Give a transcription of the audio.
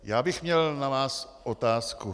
Já bych měl na vás otázku.